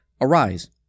Arise